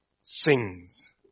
sings